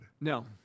No